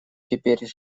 теперь